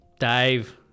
Dave